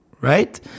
right